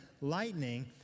lightning